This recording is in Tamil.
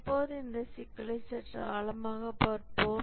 இப்போது இந்த சிக்கலை சற்று ஆழமாக பார்ப்போம்